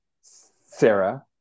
Sarah